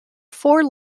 four